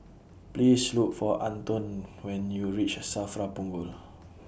Please Look For Anton when YOU REACH SAFRA Punggol